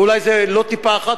אולי זה לא טיפה אחת,